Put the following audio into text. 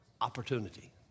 opportunity